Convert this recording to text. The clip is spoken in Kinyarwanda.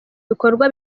bikorwa